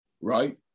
right